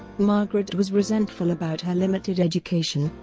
margaret was resentful about her limited education,